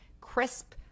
crisp